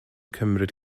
cymryd